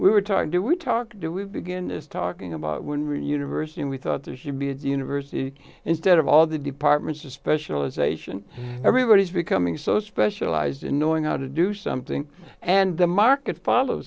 we were talking do we talk do we begin is talking about university and we thought there should be a university instead of all the departments of specialization everybody's becoming so specialized in knowing how to do something and the market follow